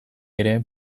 ere